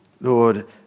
Lord